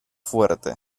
fuerte